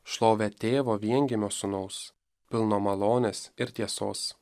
šlovę tėvo viengimio sūnaus pilno malonės ir tiesos